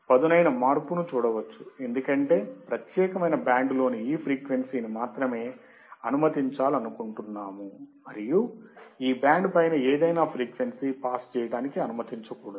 పదునైన మార్పును చూడవచ్చు ఎందుకంటే ప్రత్యేకమైన బ్యాండ్లోని ఈ ఫ్రీక్వెన్సీని మాత్రమే అనుమతించాలనుకుంటున్నాము మరియు ఈ బ్యాండ్ పైన ఏదైనా ఫ్రీక్వెన్సీ పాస్ చేయడానికి అనుమతించకూడదు